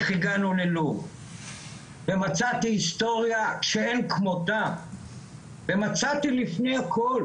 הגענו ללוב ומצאתי היסטוריה שאין כמותה ומצאתי לפני הכול